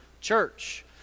church